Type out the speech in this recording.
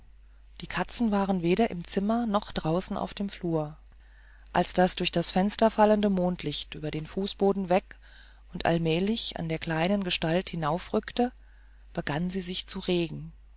die katzen waren weder im zimmer noch draußen auf dem flur als das durch das fenster fallende mondlicht über den fußboden weg und allmählich an der kleinen gestalt hinaufrückte begann sie sich zu regen